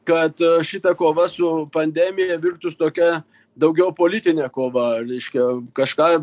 kad šita kova su pandemija virtus tokia daugiau politine kova reiškia kažką